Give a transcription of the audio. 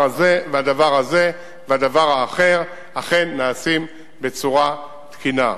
הזה והדבר האחר אכן נעשים בצורה תקינה.